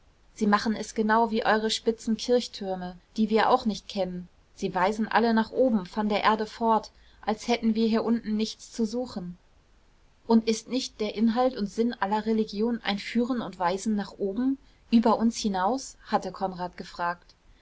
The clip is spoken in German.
sie machen es genau wie eure spitzen kirchtürme die wir auch nicht kennen sie weisen alle nach oben von der erde fort als hätten wir hier unten nichts zu suchen und ist nicht der inhalt und sinn aller religion ein führen und weisen nach oben über uns hinaus hatte konrad gefragt